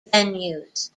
venues